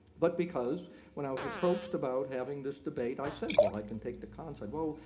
but because when i was approached about having this debate, i said, well i can take the con side. well,